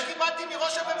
זו המשימה שקיבלתי מראש הממשלה,